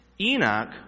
Enoch